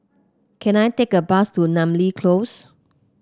can I take a bus to Namly Close